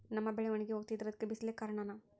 ನಮ್ಮ ಬೆಳೆ ಒಣಗಿ ಹೋಗ್ತಿದ್ರ ಅದ್ಕೆ ಬಿಸಿಲೆ ಕಾರಣನ?